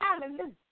Hallelujah